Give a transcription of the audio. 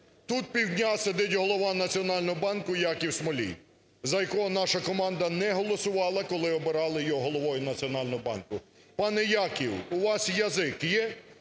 Тут півдня сидить Голова Національного банку Яків Смолій, за якого наша команда не голосувала, коли обирали його Головою Національного банку. Пане Яків, у вас язик є?